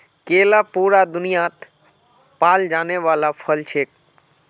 केला पूरा दुन्यात पाल जाने वाला फल छिके